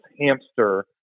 hamster